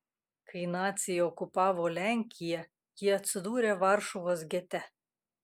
kai naciai okupavo lenkiją ji atsidūrė varšuvos gete